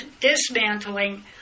dismantling